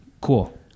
Cool